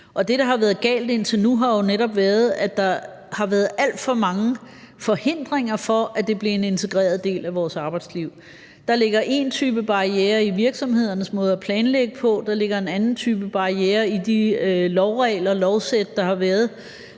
det, der har været galt indtil nu, er jo netop, at der har været alt for mange forhindringer for, at det blev en integreret del af vores arbejdsliv. Der ligger én type barriere i virksomhedernes måde at planlægge på, og der ligger en anden type barriere i de love, regler og lovsæt, der har været.